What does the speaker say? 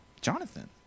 Jonathan